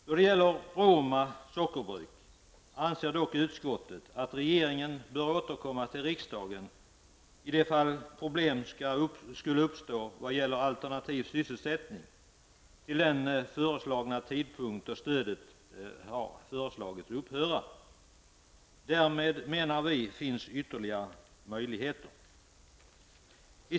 Då det gäller Roma sockerbruk anser dock utskottet att regeringen bör återkomma till riksdagen i de fall problem skulle uppstå vad gäller alternativ sysselsättning till den föreslagna tidpunkt då stödet har föreslagits upphöra. Därmed menar vi att det finns ytterligare möjligheter.